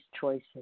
choices